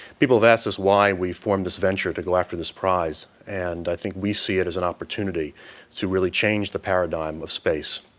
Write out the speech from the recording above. people have asked us why we formed this venture to go after this prize, and i think we see it as an opportunity to really change the paradigm of space,